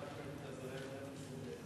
גם חבר הכנסת זאב וגם דוד אזולאי.